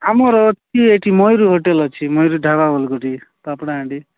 ଆମର ଅଛି ଏଠି ମୟୂର ହୋଟେଲ ଅଛି ମୟୂର ଢାବା ବଲଗଟି ପାପଡ଼ାହାଣ୍ଡି